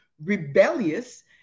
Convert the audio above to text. rebellious